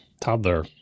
toddler